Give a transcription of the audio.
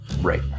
Right